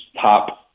top –